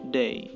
day